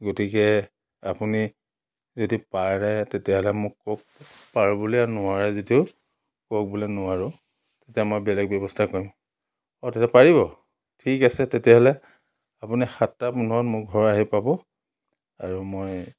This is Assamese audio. গতিকে আপুনি যদি পাৰে তেতিয়াহ'লে মোক কওক পাৰোঁ বুলি আৰু নোৱাৰে যদিও কওক বোলে নোৱাৰোঁ তেতিয়া মই বেলেগ ব্যৱস্থা কৰিম অঁ তেতিয়া পাৰিব ঠিক আছে তেতিয়াহ'লে আপুনি সাতটা পোন্ধৰত মোৰ ঘৰ আহি পাব আৰু মই